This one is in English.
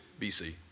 BC